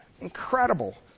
Incredible